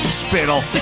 spittle